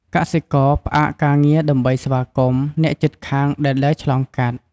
កសិករ ផ្អាកការងារដើម្បីស្វាគមន៍ អ្នកជិតខាងដែលដើរឆ្លងកាត់។